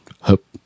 hope